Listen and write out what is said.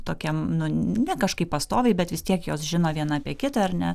tokiam nu ne kažkaip pastoviai bet vis tiek jos žino viena apie kitą ar ne